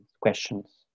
questions